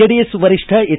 JDS ವರಿಷ್ಠ H